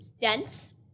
dense